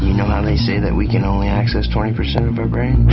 know how they say that we can only access twenty per cent of our brains,